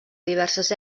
diverses